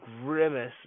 grimace